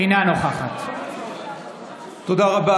אינה נוכחת תודה רבה.